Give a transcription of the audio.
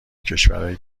کشورای